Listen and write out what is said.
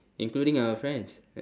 including our friends